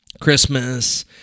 Christmas